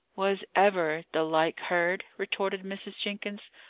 was ever the like heard? retorted mrs. jenkins,